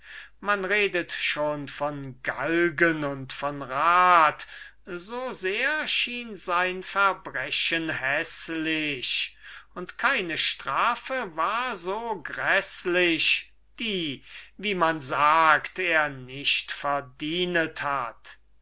man redte schon von galgen und von rad so sehr schien sein verbrechen häßlich und keine strafe war so gräßlich die wie man sagt er nicht verdienet hat